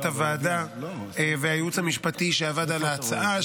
הוועדה והייעוץ המשפטי שעבד על ההצעה,